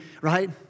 right